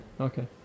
Okay